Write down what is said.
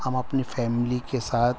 ہم اپنی فیملی کے ساتھ